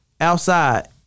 outside